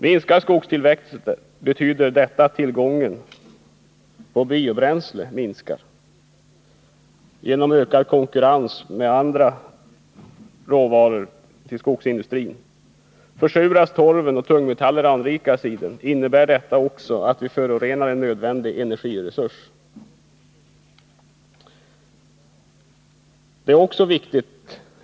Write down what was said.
Minskar skogstillväxten, betyder det att tillgången på biobränslen minskar på grund av ökad konkurrens med andra råvaror till skogsindustrin. Om torven försuras och tungmetaller anrikas i den, innebär det att vi förorenar en nödvändig energiresurs.